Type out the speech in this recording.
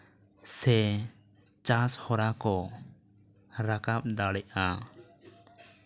ᱥᱮ ᱪᱟᱥ ᱦᱚᱨᱟ ᱠᱚ ᱨᱟᱠᱟᱵᱽ ᱫᱟᱲᱮᱜᱼᱟ